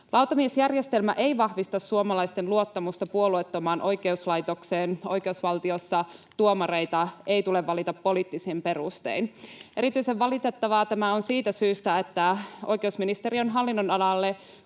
Lautamiesjärjestelmä ei vahvista suomalaisten luottamusta puolueettomaan oikeuslaitokseen. Oikeusvaltiossa tuomareita ei tule valita poliittisin perustein. Erityisen valitettavaa tämä on siitä syystä, että oikeusministeriön hallinnonalalle